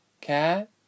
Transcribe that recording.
Cat